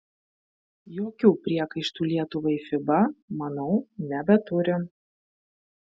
jokių priekaištų lietuvai fiba manau nebeturi